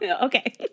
Okay